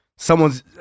Someone's